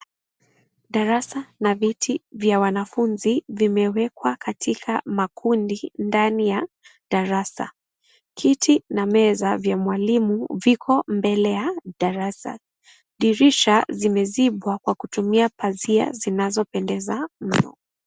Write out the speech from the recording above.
Darasa na viti vya wanafunzi vimewekwa katika makundi ndani ya darasa. Kiti na meza vya mwalimu viko mbele ya darasa. Dirisha zimezibwa kwa kutumia pazia zinazopendeza mno.